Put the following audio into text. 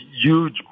huge